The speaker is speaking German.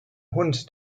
hund